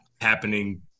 happening